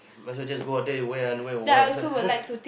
might as well go out there where when and what